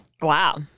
Wow